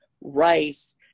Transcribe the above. rice